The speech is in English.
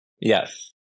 Yes